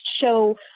show